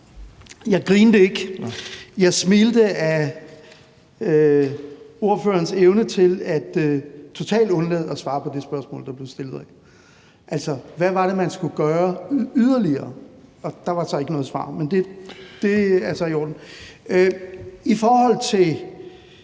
Jeg grinede ikke, men jeg smilede ad ordførerens evne til totalt at undlade at svare på det spørgsmål, der blev stillet om, hvad man yderligere skulle gøre. Det var der så ikke noget svar på. Det er så i orden. I forhold til